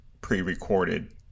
pre-recorded